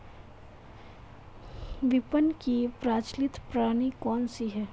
विपणन की प्रचलित प्रणाली कौनसी है?